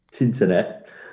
internet